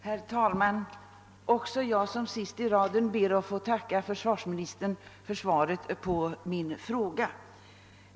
Herr talman! Även jag ber att som sist i raden få tacka försvarsministern för svaret på min fråga.